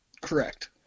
Correct